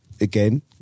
again